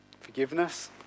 forgiveness